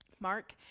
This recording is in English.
Mark